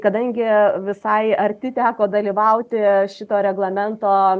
kadangi visai arti teko dalyvauti šito reglamento